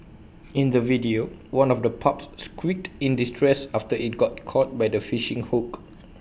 in the video one of the pups squeaked in distress after IT got caught by the fishing hook